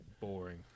boring